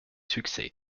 succès